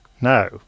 no